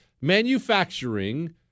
manufacturing